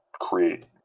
create